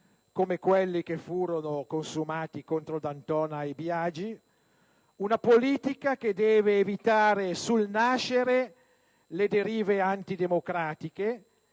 come quelli che furono consumati contro D'Antona e Biagi, una politica che deve evitare sul nascere le derive antidemocratiche